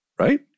Right